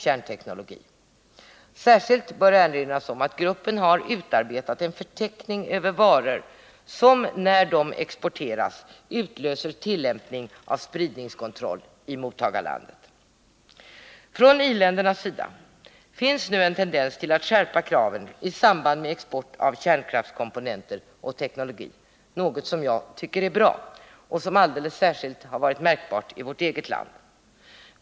Det bör särskilt erinras om att gruppen har utarbetat en förteckning över varor som när de exporteras utlöser tillämpning av spridningskontroll i mottagarlandet. I i-länderna finns det nu en tendens att skärpa kraven i samband med export av kärnkraftskomponenter och kärnteknologi, något som jag tycker är bra. Det har varit särskilt märkbart i vårt eget land.